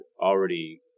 already